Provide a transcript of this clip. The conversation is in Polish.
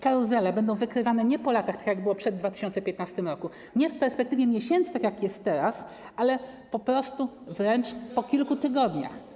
Karuzele będą wykrywane nie po latach, tak jak było przed 2015 r., nie w perspektywie miesięcy, tak jak jest teraz, ale po prostu wręcz po kilku tygodniach.